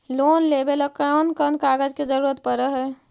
Loan लेबे ल कैन कौन कागज के जरुरत पड़ है?